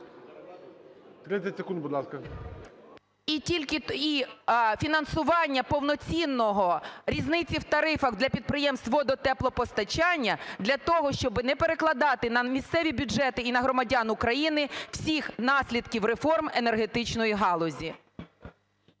І фінансування, повноцінного, різниці в тарифах для підприємств водо-, теплопостачання для того, щоби не перекладати на місцеві бюджети і на громадян України всіх наслідків реформ енергетичної галузі.